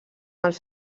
els